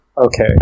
Okay